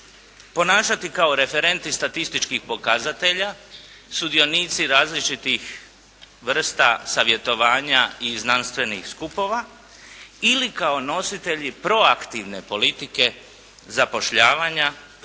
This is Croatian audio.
ponašati kao referenti statističkih pokazatelja, sudionici različitih vrsta savjetovanja i znanstvenih skupova ili kao nositelji proaktivne politike zapošljavanja